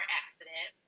accident